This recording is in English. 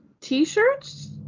t-shirts